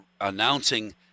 announcing